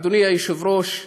אדוני היושב-ראש,